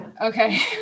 Okay